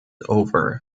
over